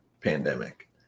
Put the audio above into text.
pandemic